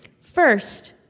First